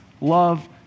love